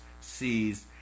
sees